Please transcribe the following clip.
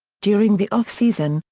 during the off-season,